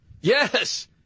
Yes